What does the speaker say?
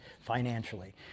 financially